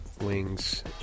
wings